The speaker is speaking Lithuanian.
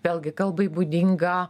vėlgi kalbai būdinga